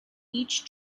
each